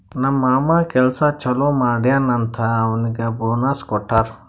ನಮ್ ಮಾಮಾ ಕೆಲ್ಸಾ ಛಲೋ ಮಾಡ್ಯಾನ್ ಅಂತ್ ಅವ್ನಿಗ್ ಬೋನಸ್ ಕೊಟ್ಟಾರ್